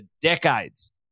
decades